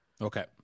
Okay